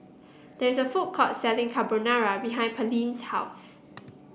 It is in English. there is a food court selling Carbonara behind Pearline's house